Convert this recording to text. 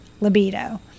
libido